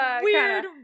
weird